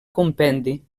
compendi